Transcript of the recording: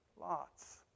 lots